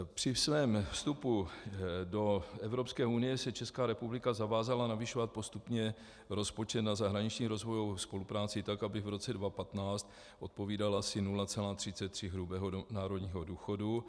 Při svém vstupu do Evropské unie se Česká republika zavázala navyšovat postupně rozpočet na zahraniční rozvojovou spolupráci tak, aby v roce 2015 odpovídala asi 0,33 hrubého národního důchodu.